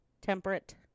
temperate